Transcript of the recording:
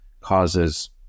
causes